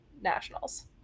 nationals